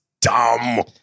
dumb